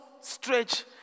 stretch